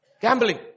Gambling